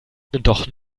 doch